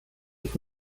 ich